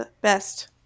best